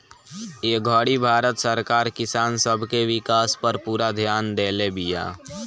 ए घड़ी भारत सरकार किसान सब के विकास पर पूरा ध्यान देले बिया